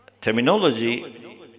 terminology